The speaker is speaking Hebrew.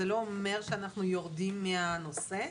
זה לא אומר שאנחנו יורדים מהנושא,